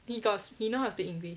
he got he know how to speak english